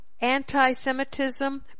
anti-Semitism